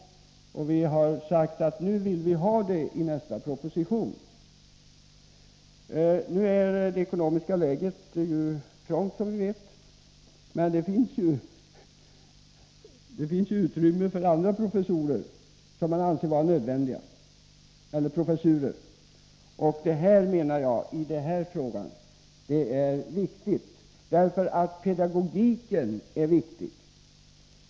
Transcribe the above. Vi har sagt att vi nu vill ha med detta i nästa Fredagen den budgetproposition. Nu är det som vi vet trångt i ekonomiskt avseende, men — 18 november 1983 det finns ju utrymme för andra professurer som man anser vara nödvändiga. Det är angeläget att vi får denna professur, för just i detta ämne är Om religionslärar pedagogiken viktig.